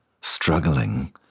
struggling